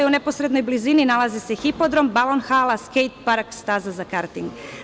U neposrednoj blizini nalazi se hipodrom, balon hala, skejt park, staza za karting.